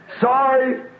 Sorry